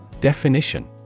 Definition